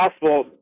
possible